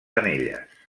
anelles